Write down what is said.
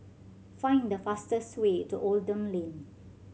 find the fastest way to Oldham Lane